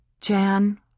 Jan